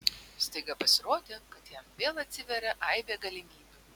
staiga pasirodė kad jam vėl atsiveria aibė galimybių